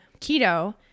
keto